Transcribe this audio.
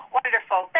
wonderful